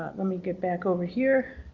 let me get back over here.